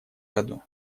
году